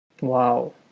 Wow